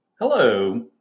Hello